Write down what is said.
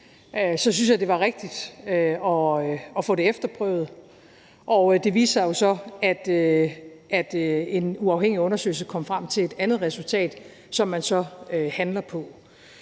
Så synes jeg, at det var rigtigt at få det efterprøvet. Det viste sig jo så, at en uafhængig undersøgelse kom frem til et andet resultat, som man så handler på.